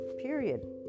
Period